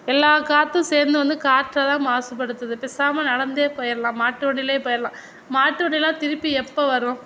எல்லா காற்றும் சேர்ந்து வந்து காற்றை தான் மாசுப்படுத்துது பேசமா நடந்தே போயிடலாம் மாட்டு வண்டியிலே போயிடலாம் மாட்டு வண்டியெலாம் திருப்பி எப்போ வரும்